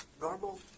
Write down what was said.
normal